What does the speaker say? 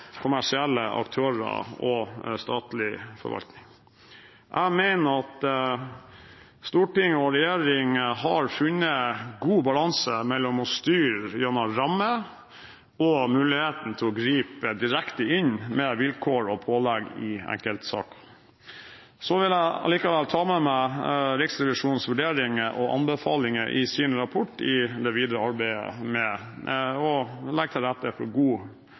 kommersielle aktører og statlig forvaltning. Jeg mener at storting og regjering har funnet en god balanse mellom å styre gjennom rammer og muligheten til å gripe direkte inn med vilkår og pålegg i enkeltsaker. Jeg vil ta med meg Riksrevisjonens vurderinger og anbefalinger i rapporten i det videre arbeidet med å legge til rette for